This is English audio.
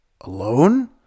Alone